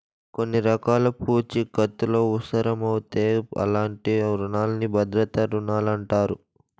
కొన్ని రకాల పూఛీకత్తులవుసరమవుతే అలాంటి రునాల్ని భద్రతా రుణాలంటారు